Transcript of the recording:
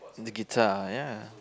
in the guitar ya